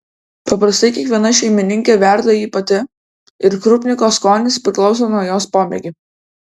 paprastai kiekviena šeimininkė verda jį pati ir krupniko skonis priklauso nuo jos pomėgių